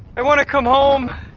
i want to come home.